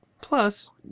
Plus